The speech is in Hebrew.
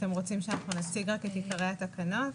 אתם רוצים שנציג את עיקרי התקנות?